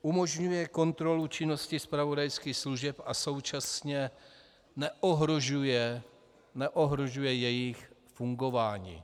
Umožňuje kontrolu činnosti zpravodajských služeb a současně neohrožuje jejich fungování.